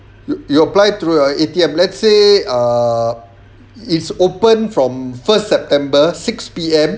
you you apply through your A_T_M let's say err it's open from first september six P_M